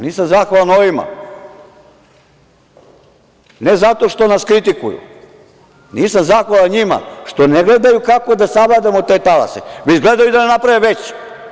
Nisam zahvalan ovima, ne zato što nas kritikuju, nisam zahvalan njima što ne gledaju kako da savladamo te talase, već gledaju da naprave veće.